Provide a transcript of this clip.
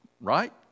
Right